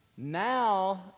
Now